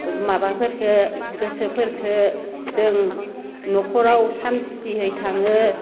माबाफोरखो गोसोफोरखो जों न'खराव सान्थियै थाङो